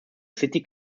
city